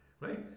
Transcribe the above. right